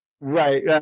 Right